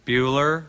Bueller